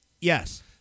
yes